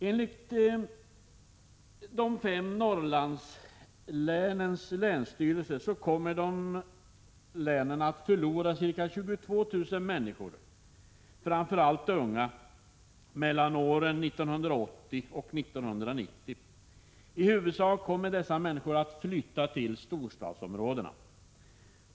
Enligt de fem Norrlandslänens länsstyrelser kommer länen att förlora ca 22 000 människor — framför allt unga — mellan åren 1980 och 1990. I huvudsak kommer dessa människor att flytta till storstadsområdena.